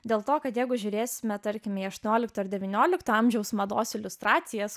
dėl to kad jeigu žiūrėsime tarkime aštuoniolikto devyniolikto amžiaus mados iliustracijas